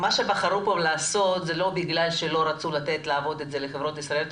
שבחרו פה לעשות זה לא בגלל שלא רצו לתת לחברות ישראליות לעבוד,